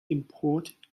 important